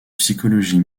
psychologie